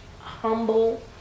humble